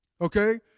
okay